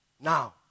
now